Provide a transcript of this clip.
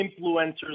influencers